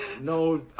No